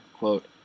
Quote